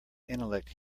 intellect